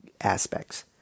aspects